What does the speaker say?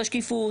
על השקיפות,